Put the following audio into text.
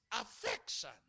affection